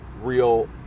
real –